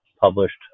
published